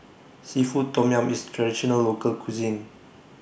Seafood Tom Yum IS Traditional Local Cuisine